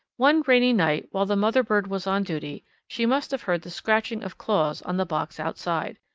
one rainy night while the mother bird was on duty she must have heard the scratching of claws on the box outside.